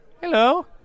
Hello